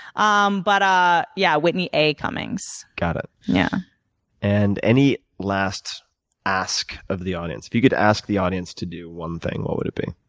um but yeah, whitney a. cummings. got it. yeah and any last ask of the audience? if you could ask the audience to do one thing, what would it be?